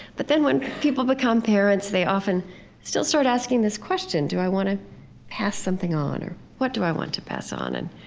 but then when people become parents, they often still start asking this question do i want to pass something on, or what do i want to pass on? and